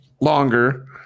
longer